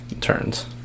turns